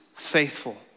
faithful